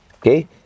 okay